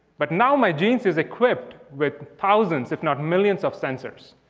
but now my jeans is equipped with thousands if not millions of sensors.